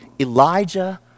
Elijah